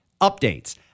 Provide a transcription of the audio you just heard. updates